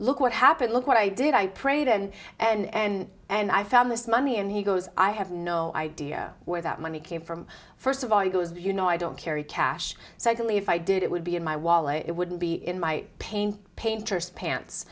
look what happened look what i did i prayed and and and i found this money and he goes i have no idea where that money came from first of all he goes you know i don't carry cash secondly if i did it would be in my wallet it wouldn't be in my paint painter's pants